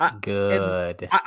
Good